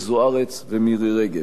אשר הוסבה